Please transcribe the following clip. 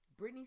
Britney